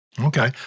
Okay